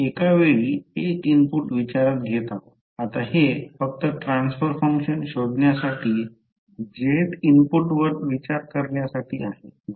आता हे फक्त ट्रान्सफर फंक्शन शोधण्यासाठी jth इनपुटवर विचार करण्यासाठी आहे